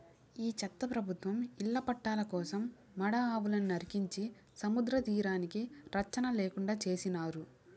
ఈ చెత్త ప్రభుత్వం ఇళ్ల పట్టాల కోసం మడ అడవులు నరికించే సముద్రతీరానికి రచ్చన లేకుండా చేసినారు